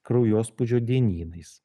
kraujospūdžio dienynais